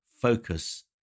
focus